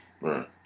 Right